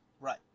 Right